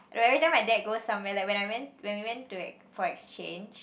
every time my dad go somewhere like when I went like when we went to for exchange